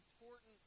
important